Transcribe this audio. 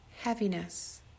heaviness